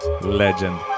Legend